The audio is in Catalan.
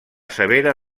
severa